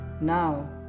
Now